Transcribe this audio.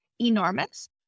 enormous